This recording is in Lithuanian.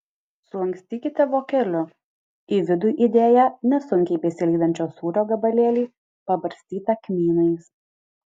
sulankstykite vokeliu į vidų įdėję nesunkiai besilydančio sūrio gabalėlį pabarstytą kmynais